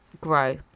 grow